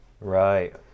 right